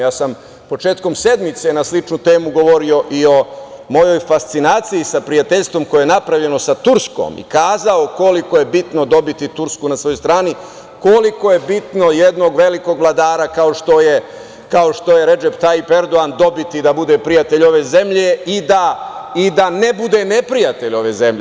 Ja sam početkom sedmice na sličnu temu govorio i o mojoj fascinaciji sa prijateljstvom koje je napravljeno sa Turskom i rekao koliko je bitno dobiti Tursku na svojoj strani, koliko je bitno jednog velikog vladara kao što je Redžep Taip Erdogan, dobiti da bude prijatelj ove zemlje i da ne bude neprijatelj ove zemlje.